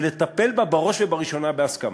ולטפל בה בראש ובראשונה בהסכמה.